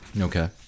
Okay